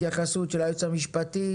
התייחסות של היועץ המשפטי,